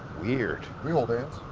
weird. we hold hands.